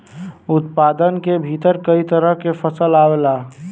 उत्पादन के भीतर कई तरह के फसल आवला